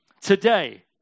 Today